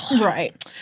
right